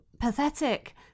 pathetic